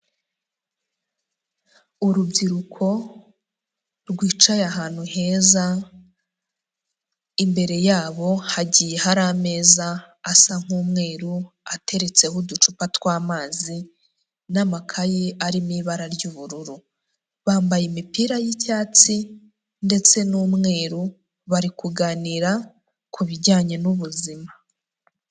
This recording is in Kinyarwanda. Urubyiruko rwicaye ahantu heza, imbere yabo hagiye hari ameza asa nk'umweru ateretseho uducupa twamazi n'amakaye arimo ibara ry'ubururu, bambaye imipira y'icyatsi ndetse n'umweru bari kuganira ku bijyanye n'ubuzima.